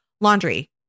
laundry